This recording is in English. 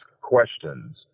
questions